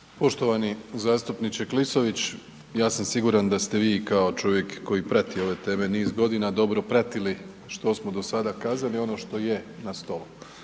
Poštovani zastupniče Klisović, ja sam siguran da ste vi kao čovjek koji prati ove teme niz godina, dobro pratili što smo do sada kazali ono što je na stolu.